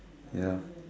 ya